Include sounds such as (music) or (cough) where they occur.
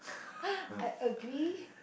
(breath) I agree